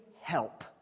help